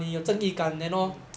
mm mm mm